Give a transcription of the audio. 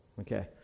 Okay